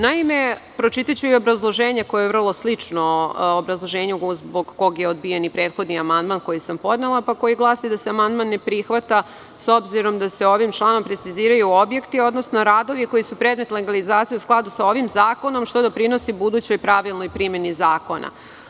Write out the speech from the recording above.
Naime, pročitaću i obrazloženje koje je vrlo slično obrazloženju zbog kojeg je odbijen i prethodni amandman koji sam podnela koji glasi da se amandman ne prihvata s obzirom da se ovim članom preciziraju objekti, odnosno radovi koji su predmet legalizacije u skladu sa ovim zakonom, što doprinosi budućoj pravilnoj primeni zakona.